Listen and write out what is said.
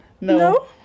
No